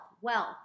wealth